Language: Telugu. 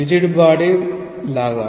రిజిడ్ బాడీ లాగా